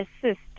assist